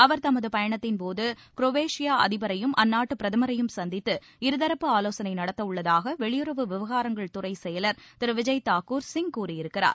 அவர் தமது பயணத்தின்போது க்ரோவேஷியா அதிபரையும் அந்நாட்டு பிரதமரையும் சந்தித்து இருதரப்பு ஆலோசனை நடத்த உள்ளதாக வெளியுறவு விவகாரங்கள் துறை செயலர் திரு விஜய் தாக்கூர் சிங் கூறியிருக்கிறார்